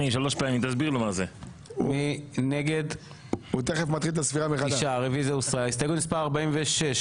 4 נגד, 9 נמנעים, אין לא אושר.